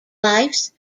lifes